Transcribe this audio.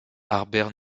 harbert